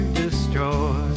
destroy